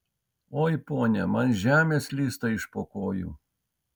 oi ponia man žemė slysta iš po kojų